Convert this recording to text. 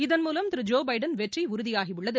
இதன்மூலம் திரு Joe Biden வெற்றி உறுதியாகியுள்ளது